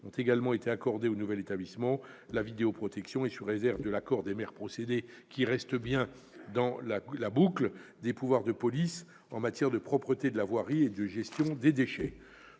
ont également été accordées au nouvel établissement, comme la vidéoprotection et, sous réserve de l'accord des maires concernés- ils restent bien dans la boucle -, des pouvoirs de police en matière de propreté de la voirie et de gestion des déchets.